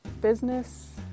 business